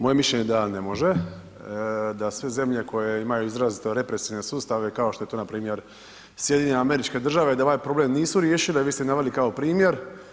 Moje mišljenje je da ne može, da sve zemlje koje imaju izrazito represivne sustave kao što je to npr. SAD da ovaj problem nisu riješile, vi ste naveli kao primjer.